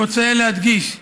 אני רוצה להדגיש: